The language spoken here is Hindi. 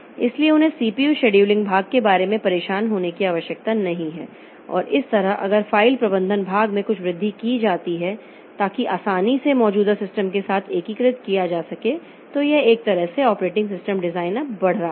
इसलिए उन्हें CPU शेड्यूलिंग भाग के बारे में परेशान होने की आवश्यकता नहीं है और इस तरह अगर फ़ाइल प्रबंधन भाग में कुछ वृद्धि की जाती है ताकि आसानी से मौजूदा सिस्टम के साथ एकीकृत किया जा सके तो यह एक तरह से यह ऑपरेटिंग सिस्टम डिजाइन अब बढ़ रहा है